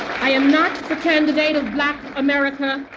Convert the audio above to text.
i am not the candidate of black america,